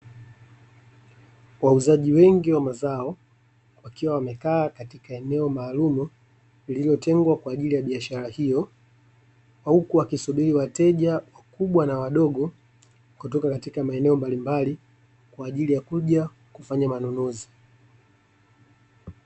Wauzaji wengi wa mazao, wakiwa wamekaa katika eneo maalumu, lililotengwa kwa ajili ya biashara hiyo, huku wakisubiri wateja wakubwa na wadogo, kutoka katika eneo mbalimbali kwa ajili ya kuja kufanya manunuzi.